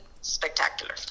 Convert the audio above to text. spectacular